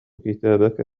كتابك